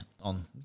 on